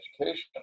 education